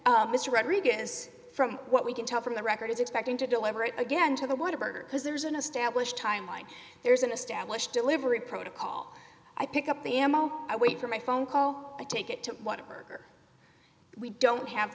fact mr rodriguez from what we can tell from the record is expecting to deliberate again to the what a burger because there's an established timeline there's an established delivery protocol i pick up the m o i wait for my phone call i take it to whatever we don't have